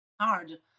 Hard